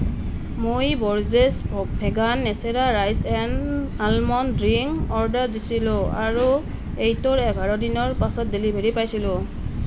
মই Borges vegan Natura rice and almond drink order দিছিলোঁ আৰু এইটোৰ এঘাৰ দিনৰ পাছত ডেলিভাৰী পাইছিলোঁ